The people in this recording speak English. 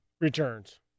Returns